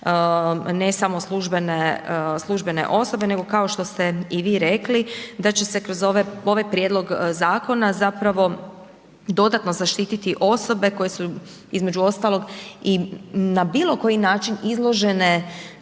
službene osobe nego kao što ste i vi rekli da će se kroz ove, ovaj prijedlog zakona zapravo dodatno zaštititi osobe koje su između ostalog i na bilo koji način izložene